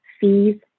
fees